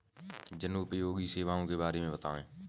जनोपयोगी सेवाओं के बारे में बताएँ?